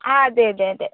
ആ അതെ അതെ അതെ